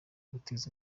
guteza